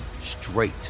straight